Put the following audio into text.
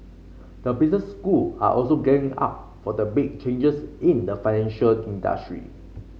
the business school are also gearing up for the big changes in the financial industry